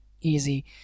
easy